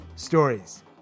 stories